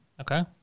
Okay